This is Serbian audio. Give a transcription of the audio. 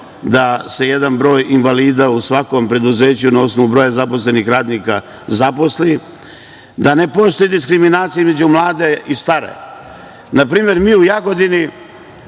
da se jedan broj invalida u svakom preduzeću na osnovu broja zaposlenih radnika zaposli, da ne postoji diskriminacija između mlade i stare. Na primer, mi u Jagodini